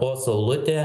o saulutė